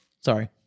sorry